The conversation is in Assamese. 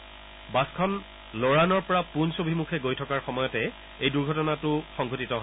এই বাছখন লৰাণৰ পৰা পূঞ্চ অভিমুখে গৈ থকাৰ সময়তে এই দুৰ্ঘটনাতো সংঘটিত হয়